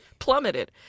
plummeted